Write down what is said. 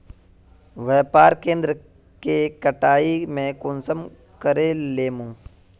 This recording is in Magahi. व्यापार केन्द्र के कटाई में कुंसम करे लेमु?